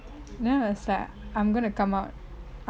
then I was like I'm gonna come out